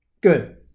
Good